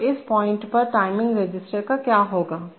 तो इस पॉइंट पर टाइमिंग रेसिस्टर का क्या होगा